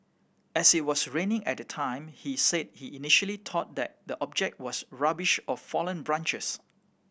as it was raining at the time he said he initially thought that the object was rubbish or fallen branches